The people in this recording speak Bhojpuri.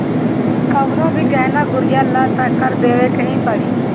कवनो भी गहना गुरिया लअ तअ कर देवही के पड़ी